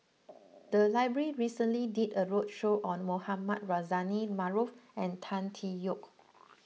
the library recently did a roadshow on Mohamed Rozani Maarof and Tan Tee Yoke